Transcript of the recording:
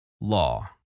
Law